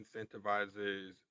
incentivizes